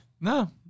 no